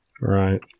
Right